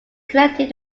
connecting